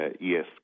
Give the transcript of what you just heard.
Yes